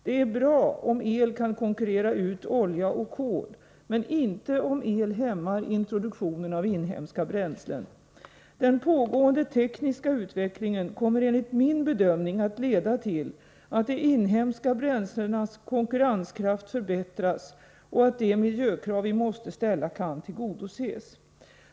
Det är bra om el kan konkurrera ut olja och kol, men inte om el hämmar introduktionen av inhemska bränslen. Den pågående tekniska utvecklingen kommer enligt min bedömning att leda till att de inhemska bränslenas konkurrenskraft förbättras och att de miljökrav vi måste ställa kan tillgodoses.